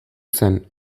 zen